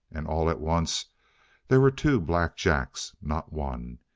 and all at once there were two black jacks, not one.